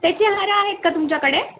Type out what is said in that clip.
त्याचे हार आहेत का तुमच्याकडे